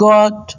God